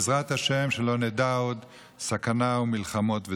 בעזרת השם שלא נדע עוד סכנה ומלחמות וטרור.